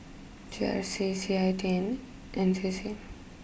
G R C C I and T C